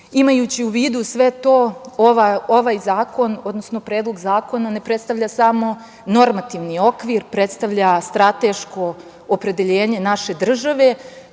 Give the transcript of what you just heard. veka. Imajući u vidu sve to ovaj zakon, odnosno Predlog zakona ne predstavlja samo normativni okvir, predstavlja strateško opredeljenje naše države.